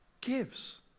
gives